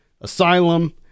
asylum